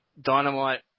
Dynamite